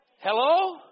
Hello